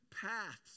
paths